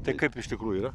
tai kaip iš tikrųjų yra